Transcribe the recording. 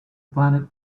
planet